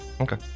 Okay